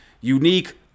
unique